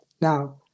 Now